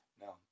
No